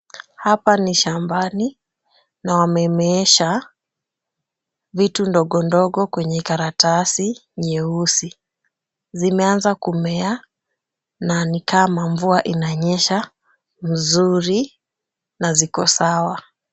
Hapa ni shambani na wamemeesha vitu ndogo ndogo kwenye karatasi nyeusi. Zimeanza kumea na ni kama mvua inanyesha vizuri na ziko sawa.